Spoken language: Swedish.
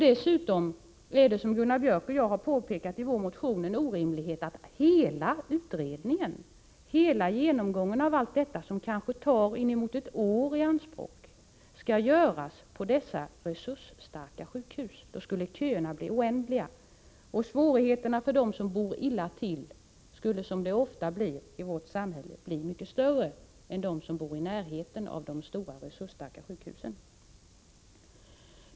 Dessutom är det, som Gunnar Biörck i Värmdö och jag påpekat i vår motion, en orimlighet att hela utredningsarbetet, som kanske tar inemot ett år i anspråk, skall göras på dessa ”resursstarka sjukhus”. Då skulle köerna blir oändliga, och svårigheterna för dem som bor illa till skulle, som det ofta är i vårt samhälle, bli mycket större än för dem som bor i närheten av stora och resursstarka sjukhus.